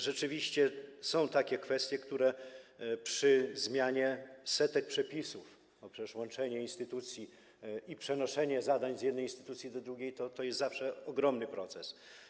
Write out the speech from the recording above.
Rzeczywiście są takie kwestie, które dotyczą zmiany setek przepisów, bo przecież łączenie instytucji i przenoszenie zadań z jednej instytucji do drugiej to jest zawsze ogromny proces.